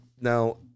Now